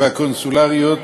והקונסולריות